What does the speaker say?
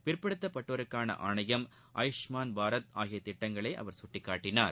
பிற்படுத்தப்பட்டோருக்கான ஆணையம் ஆயூஷ்மான் பாரத் ஆகிய திட்டங்களை அவர் சுட்டிக்காட்டினார்